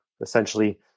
essentially